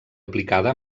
aplicada